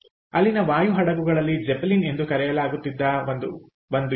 ಅಲ್ಲಿನ ವಾಯು ಹಡಗುಗಳಲ್ಲಿ ಜೆಪ್ಪೆಲಿನ್ ಎಂದು ಕರೆಯಲಾಗುತ್ತಿದ್ದ ಒಂದು ಇತ್ತು